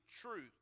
truth